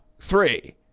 three